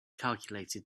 calculated